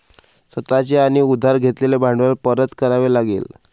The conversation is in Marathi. स्वतः चे आणि उधार घेतलेले भांडवल परत करावे लागेल